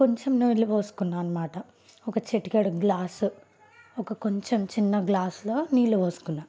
కొంచం నీళ్ళుపోసుకున్నాం అన్నమాట ఒక చిటికెడు గ్లాస్ ఒక కొంచం చిన్న గ్లాస్లో నీళ్ళు పోసుకున్నాం